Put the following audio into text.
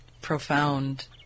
profound